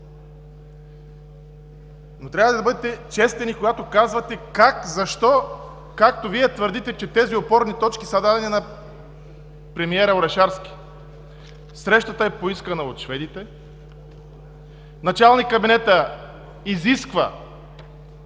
Трябва да бъдете честен и когато казвате как, защо, както Вие твърдите, че тези опорни точки са дадени на премиера Орешарски. Срещата е поискана от шведите. Началникът на кабинета изисква